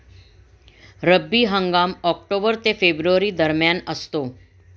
रब्बी हंगाम ऑक्टोबर ते फेब्रुवारी दरम्यान असतो